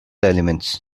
elements